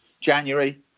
January